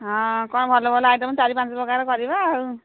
ହଁ କ'ଣ ଭଲ ଭଲ ଆଇଟମ୍ ଚାରି ପାଞ୍ଚ ପ୍ରକାର କରିବା ଆଉ